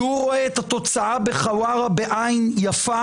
שהוא רואה את התוצאה בחווארה בעין יפה.